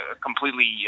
completely